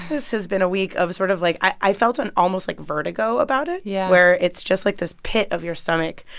this has been a week of sort of like i felt an almost, like, vertigo about it. yeah. where it's just, like, this pit of your stomach.